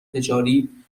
تجاری